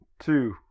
two